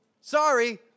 Sorry